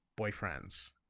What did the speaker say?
boyfriends